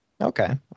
Okay